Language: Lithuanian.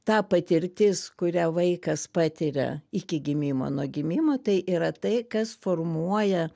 ta patirtis kurią vaikas patiria iki gimimo nuo gimimo tai yra tai kas formuoja